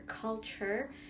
culture